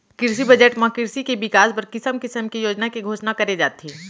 किरसी बजट म किरसी के बिकास बर किसम किसम के योजना के घोसना करे जाथे